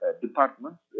departments